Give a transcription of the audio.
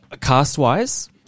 cast-wise